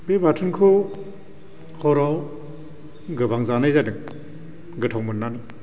बे बाथोनखौ हराव गोबां जानाय जादों गोथाव मोननानै